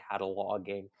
cataloging